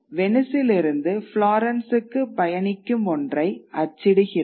வெனிஸிலிருந்து புளோரன்ஸ்க்குப் பயணிக்கும் ஒன்றை அச்சிடுகிறது